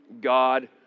god